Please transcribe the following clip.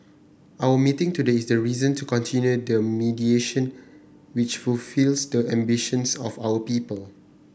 our meeting today is a reason to continue the mediation which fulfils the ambitions of our people